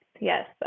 Yes